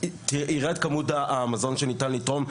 ירד כמות המזון שנתין לתרום,